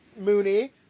Mooney